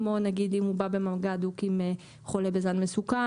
כמו נגיד אם הוא בא במגע הדוק עם חולה בזן מסוכן,